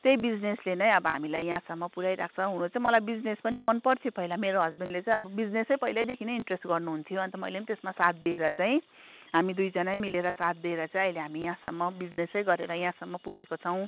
त्यही बिजिनेसले नै अब हामीलाई यहाँसम्म पुऱ्याइरहेको छ हुनु चाहिँ मलाई बिजिनेस पनि मन पर्थ्यो पहिला मेरो हस्बेन्डले चाहिँ अब बिजिनेसै पहिलैदेखि नै इन्ट्रेस्ट गर्नु हुन्थ्यो अन्त मैले पनि त्यसमा साथ दिएर चाहिँ हामी दुईजनै मिलेर साथ दिएर चाहिँ अहिले हामी यहाँसम्म बिजिनेसै गरेर यहाँसम्म पुगेको छौँ